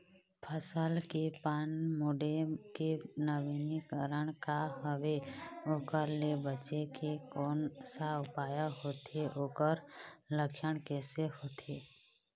फसल के पान मुड़े के नवीनीकरण का हवे ओकर ले बचे के कोन सा उपाय होथे ओकर लक्षण कैसे होथे?